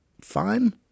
fine